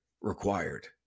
required